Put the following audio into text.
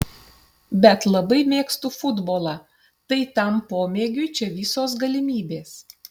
bet labai mėgstu futbolą tai tam pomėgiui čia visos galimybės